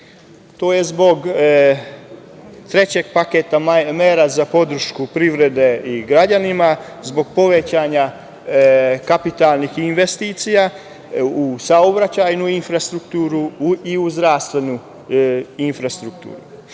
To je zbog trećeg paketa mera za podršku privrede i građanima, zbog povećanja kapitalnih investicija u saobraćajnu infrastrukturu i u zdravstvenu infrastrukturu. Kod